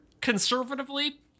Conservatively